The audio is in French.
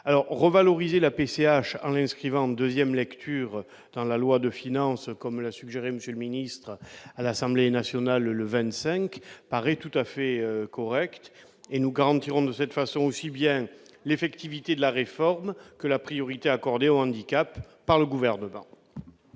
revaloriser la PCH en inscrivant en 2ème lecture dans la loi de finance, comme l'a suggéré, Monsieur le ministre à l'Assemblée nationale le 25 paraît tout à fait correct et nous garantirons de cette façon, aussi bien l'effectivité de la réforme que la priorité accordée au handicap par le gouvernement.